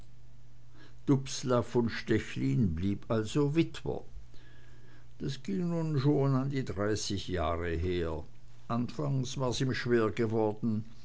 dubslav von stechlin blieb also witwer das ging nun schon an die dreißig jahre anfangs war's ihm schwer geworden